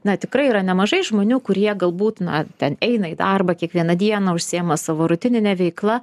na tikrai yra nemažai žmonių kurie galbūt na ten eina į darbą kiekvieną dieną užsiėma savo rutinine veikla